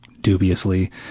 dubiously